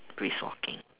brisk walking